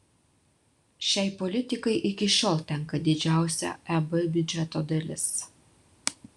šiai politikai iki šiol tenka didžiausia eb biudžeto dalis